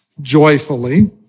joyfully